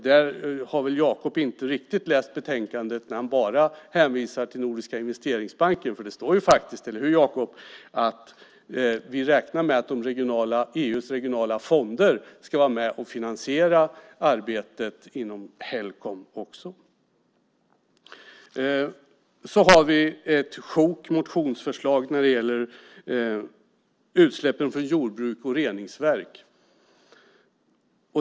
Där har väl Jacob Johnson inte riktigt läst betänkandet när han bara hänvisar till Nordiska Investeringsbanken. Det står faktiskt - eller hur Jacob? - att vi räknar med att EU:s regionala fonder ska vara med och finansiera arbetet inom Helcom. Vi har sedan ett sjok motionsförslag som gäller utsläppen från jordbruk och reningsverk.